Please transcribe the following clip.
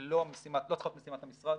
לא צריכה להיות משימת המשרד,